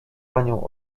panią